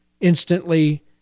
instantly